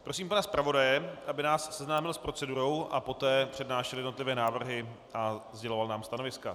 Prosím pana zpravodaje, aby nás seznámil s procedurou a poté přednášel jednotlivé návrhy a sděloval nám stanoviska.